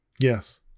Yes